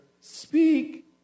speak